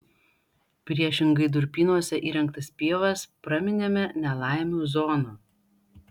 priešingai durpynuose įrengtas pievas praminėme nelaimių zona